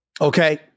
Okay